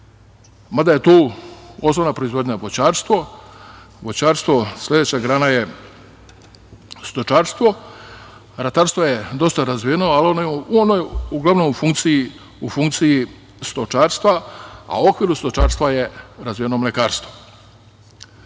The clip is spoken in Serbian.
mada je tu osnovna proizvodnja voćarstvo. Sledeća grana je stočarstvo. Ratarstvo je dosta razvijeno, ali ono je uglavnom u funkciji stočarstva, a u okviru stočarstva je razvijeno mlekarstvo.U